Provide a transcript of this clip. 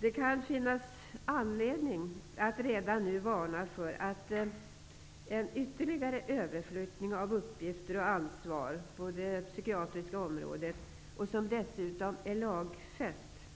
Det kan finnas anledning att redan nu varna för att en ytterligare överflyttning av uppgifter och ansvar inom det psykiatriska området -- som dessutom är lagfäst --